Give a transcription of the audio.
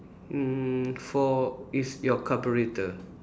mm for it's your carburettor